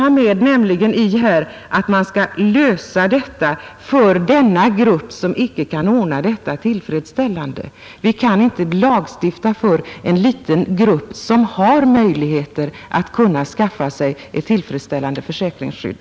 Herr Johansson säger att vi skall lösa frågan för denna grupp, som inte kan ordna försäkringsskyddet tillfredsställande, men vi kan inte lagstifta för en liten grupp som har möjligheter att skaffa sig ett tillfredsställande försäkringsskydd.